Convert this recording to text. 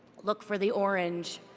look for the orange.